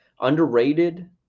Underrated